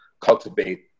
cultivate